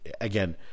again